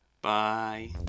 bye